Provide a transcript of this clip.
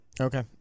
Okay